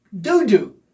doo-doo